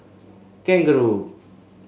kangaroo